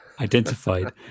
identified